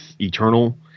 Eternal